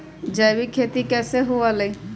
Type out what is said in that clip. जैविक खेती कैसे हुआ लाई?